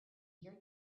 your